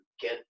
get